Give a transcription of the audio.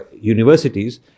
universities